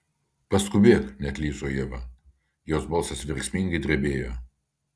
paskubėk neatlyžo ieva jos balsas verksmingai drebėjo